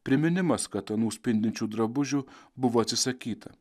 priminimas kad anų spindinčių drabužių buvo atsisakyta